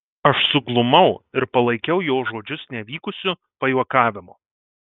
aš suglumau ir palaikiau jo žodžius nevykusiu pajuokavimu